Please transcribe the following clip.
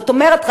זאת אומרת,